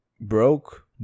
broke